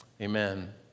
Amen